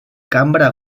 cambra